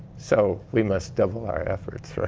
so we must double our efforts.